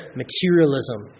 materialism